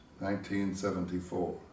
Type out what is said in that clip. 1974